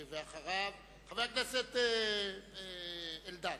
אחריו, חבר הכנסת אלדד.